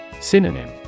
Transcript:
Synonym